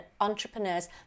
entrepreneurs